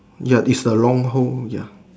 ya it's the wrong hole ya